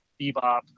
bebop